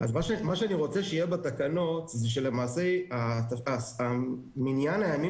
מה שאני רוצה שיהיה בתקנות זה שלמעשה מניין ימי